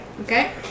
Okay